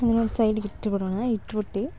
ಆಮೇಲೆ ಒಂದು ಸೈಡಿಗಿಟ್ಟು ಬಿಡೋಣ ಇಟ್ಬಿಟ್ಟು